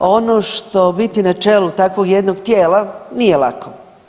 Ono što biti na čelu takvog jednog tijela nije lako.